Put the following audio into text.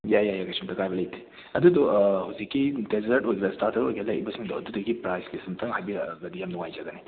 ꯌꯥꯏ ꯌꯥꯏ ꯀꯩꯁꯨꯝꯇ ꯑꯀꯥꯏꯕ ꯂꯩꯇꯦ ꯑꯗꯨꯗꯣ ꯍꯧꯖꯤꯛꯀꯤ ꯗꯦꯖꯔꯠ ꯑꯣꯏꯒꯦꯔꯥ ꯁ꯭ꯇꯥꯔꯇꯔ ꯑꯣꯏꯒꯦꯔꯥ ꯂꯩꯔꯤꯕꯁꯤꯡꯗꯣ ꯑꯗꯨꯗꯨꯒꯤ ꯄ꯭ꯔꯥꯏꯁ ꯂꯤꯁꯠ ꯑꯝꯇꯪ ꯍꯥꯏꯕꯤꯔꯛꯑꯒꯗꯤ ꯌꯥꯝꯅ ꯅꯨꯡꯉꯥꯏꯖꯒꯅꯤ